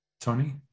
Tony